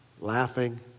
laughing